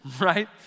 Right